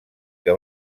que